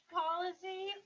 policy